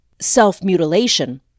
self-mutilation